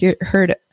heard